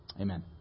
Amen